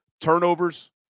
Turnovers